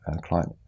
client